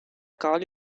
call